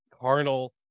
carnal